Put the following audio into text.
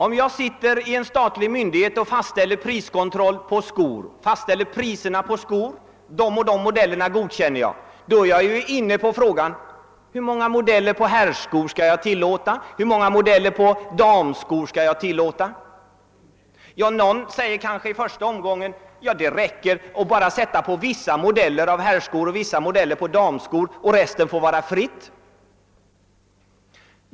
Om jag sitter i en statlig myndighet och fastställer priserna på skor samt godkänner de och de modellerna är jag inne på frågan: Hur många modeller på herrskor skall jag tillåta, hur många modeller på damskor skall jag tillåta? Någon säger kanske: Det räcker att i första omgången bara sätta priserna på vissa modeller av herrskor och vissa modeller av damskor, och resten får vara fritt.